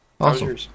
awesome